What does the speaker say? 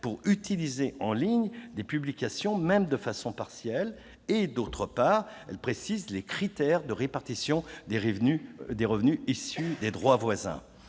pour utiliser en ligne des publications même de façon partielle et, d'autre part, les critères de répartition des revenus issus des droits voisins.